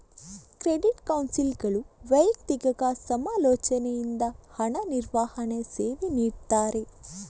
credit ಕೌನ್ಸಿಲರ್ಗಳು ವೈಯಕ್ತಿಕ ಸಮಾಲೋಚನೆಯಿಂದ ಹಣ ನಿರ್ವಹಣೆ ಸೇವೆ ನೀಡ್ತಾರೆ